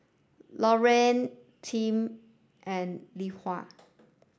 Lorena Team and Lethia